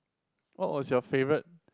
what was your favourite